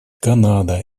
канада